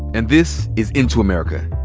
and this is into america.